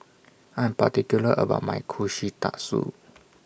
I Am particular about My Kushikatsu